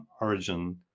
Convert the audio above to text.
origin